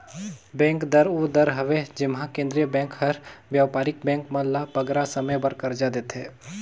bank दर ओ दर हवे जेम्हां केंद्रीय बेंक हर बयपारिक बेंक मन ल बगरा समे बर करजा देथे